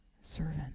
servant